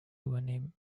übernehmen